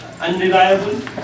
unreliable